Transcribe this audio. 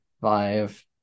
five